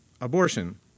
abortion